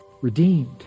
redeemed